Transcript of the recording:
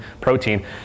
protein